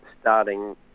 starting